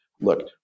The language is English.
Look